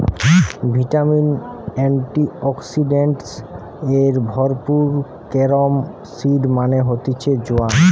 vitamin, antioxidants এ ভরপুর carom seed মানে হতিছে জোয়ান